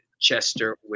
Chester